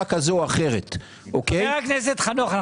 כזאת או אחרת --- חבר הכנסת חנוך,